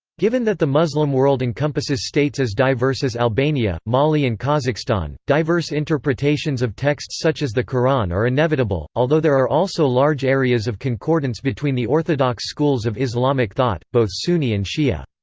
given that the muslim world encompasses states as diverse as albania, mali and kazakhstan, diverse interpretations of texts such as the qur'an are inevitable, although there are also large areas of concordance between the orthodox schools of islamic thought, both sunni and shi'a.